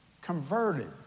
Converted